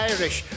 Irish